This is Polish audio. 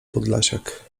podlasiak